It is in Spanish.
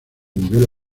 nivel